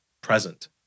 present